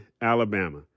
Alabama